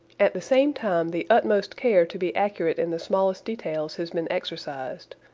at the same time the utmost care to be accurate in the smallest details has been exercised.